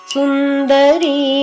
Sundari